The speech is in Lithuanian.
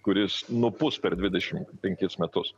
kuris nupus per dvidešimt penkis metus